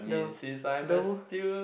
the the